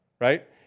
right